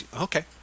Okay